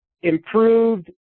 improved –